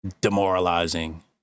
demoralizing